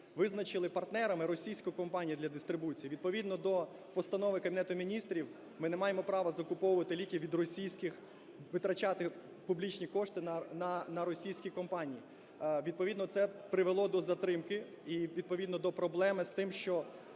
визначили партнерами російську компанію для дистрибуції. Відповідно до постанови Кабінету Міністрів ми не маємо права закуповувати ліки від російських, витрачати публічні кошти на російські компанії. Відповідно це привело до затримки і відповідно до проблеми з тим, що